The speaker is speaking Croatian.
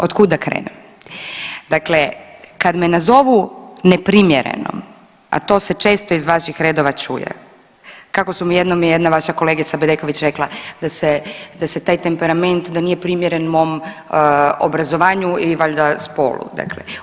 Od kud da krenem, dakle kad me nazovu neprimjerenom, a to se često iz vaših redova čuje, kako su mi jednom je jedna vaša kolegica Bedeković rekla da se taj temperament, da nije primjeren mom obrazovanju ili valjda spolu dakle.